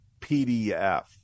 PDF